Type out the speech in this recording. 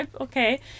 okay